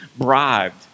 bribed